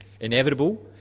Inevitable